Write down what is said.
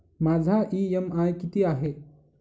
माझा इ.एम.आय किती आहे?